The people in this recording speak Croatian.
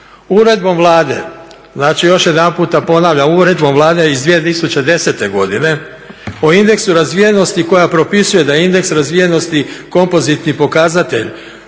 Uredbom Vlade, znači još jedanput ponavljam, uredbom Vlade iz 2010. godine o indeksu razvijenosti koja propisuje da je indeks razvijenosti kompozitni pokazatelj